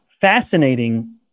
fascinating